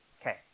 Okay